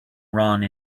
wrong